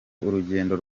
urugendo